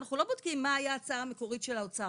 אנחנו לא בודקים מה היה ההצעה המקורית של האוצר.